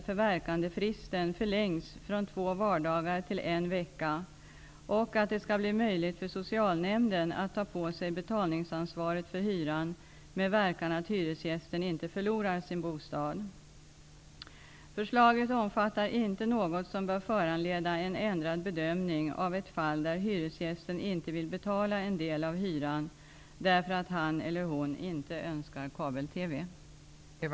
förverkandefristen förlängs från två vardagar till en vecka och att det skall bli möjligt för Socialnämnden att ta på sig betalningsansvaret för hyran med verkan att hyresgästen inte förlorar sin bostad. Förslaget omfattar inte något som bör föranleda en ändrad bedömning av ett fall där hyresgästen inte vill betala en del av hyran därför att han eller hon inte önskar kabel-TV.